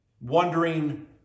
Wondering